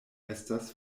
estas